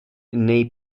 nei